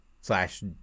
slash